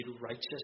righteous